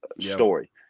story